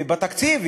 בתקציב.